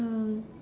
um